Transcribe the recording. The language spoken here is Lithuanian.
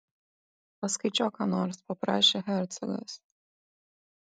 paskaičiuok ką nors paprašė hercogas